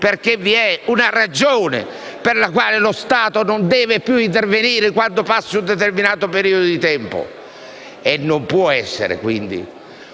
perché vi è una ragione per la quale lo Stato non deve più intervenire quando passa un determinato periodo di tempo e non può esservi quindi